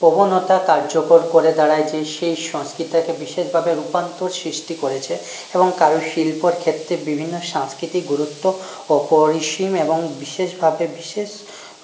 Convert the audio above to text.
প্রবণতা কার্যকর করে দাঁড়ায় যে সেই সংস্কৃতিকে বিশেষভাবে রুপান্তর সৃষ্টি করেছে এবং কারু শিল্পর ক্ষেত্রে বিভিন্ন সাংস্কৃতিক গুরুত্ব অপরিসীম এবং বিশেষভাবে বিশেষ